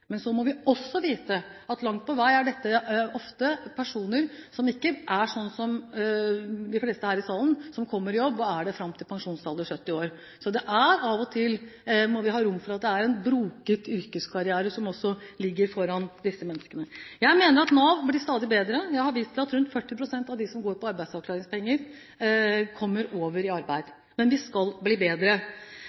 Så må vi også vite at langt på vei er dette ofte personer som ikke er sånn som de fleste her i salen, som kommer i jobb og er der fram til pensjonsalder ved 70 år. Derfor må vi av og til ha rom for at det er en broket yrkeskarriere som også ligger foran disse menneskene. Jeg mener at Nav stadig blir bedre. Jeg har vist til at rundt 40 pst. av dem som går på arbeidsavklaringspenger, kommer over i arbeid, men vi skal bli bedre.